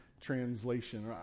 translation